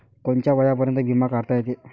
कोनच्या वयापर्यंत बिमा काढता येते?